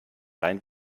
rein